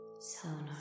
Sonar